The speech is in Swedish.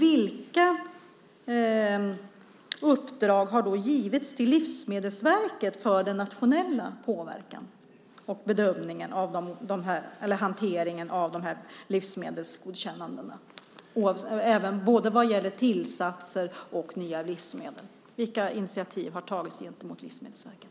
Vilka uppdrag har då givits till Livsmedelsverket för att påverka nationellt i fråga om hanteringen av dessa livsmedelsgodkännanden? Det gäller både tillsatser och nya livsmedel. Vilka initiativ har tagits gentemot Livsmedelsverket?